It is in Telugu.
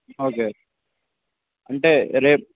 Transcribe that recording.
ఓకే అంటే రేప్